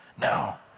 Now